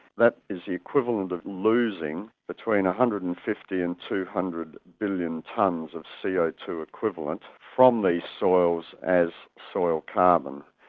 that is the equivalent of losing between one hundred and fifty and two hundred billion tonnes of c o two equivalent from the soils as soil carbon.